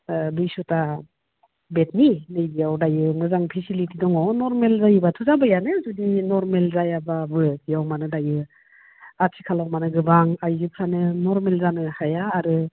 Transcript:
दुइस'था बेडनि नैबेयाव दायो मोजां फेसिलिटि दङ नर्मेल जायोब्लाथ' जाबायानो जुदि नर्मेल जायाब्लाबो इयाव माने दायो आथिखालाव माने गोबां आइजोफ्रानो नर्मेल जानो हाया आरो